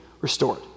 restored